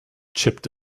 chipped